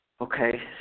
Okay